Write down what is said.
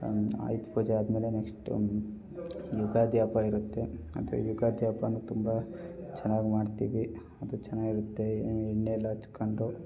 ಆಯುಧ ಪೂಜೆ ಆದಮೇಲೆ ನೆಕ್ಸ್ಟು ಯುಗಾದಿ ಹಬ್ಬ ಇರುತ್ತೆ ಅದು ಯುಗಾದಿ ಹಬ್ಬನೂ ತುಂಬ ಚೆನ್ನಾಗಿ ಮಾಡ್ತೀವಿ ಅದು ಚೆನ್ನಾಗಿರುತ್ತೆ ಎಣ್ಣೆ ಎಲ್ಲ ಹಚ್ಕೊಂಡು